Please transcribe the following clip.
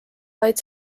vaid